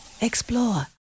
explore